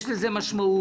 יש לזה משמעות.